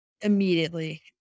immediately